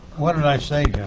what did i say,